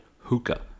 hookah